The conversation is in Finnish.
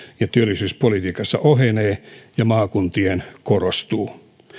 ja työllisyyspolitiikassa ohenee ja maakuntien korostuu